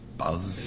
buzz